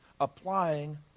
applying